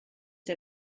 der